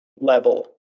level